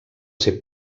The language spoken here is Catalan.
ser